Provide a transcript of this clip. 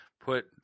put